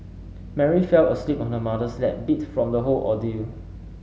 Mary fell asleep on her mother's lap beat from the whole ordeal